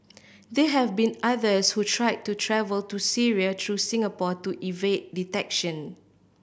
they have been others who tried to travel to Syria through Singapore to evade detection